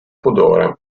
pudore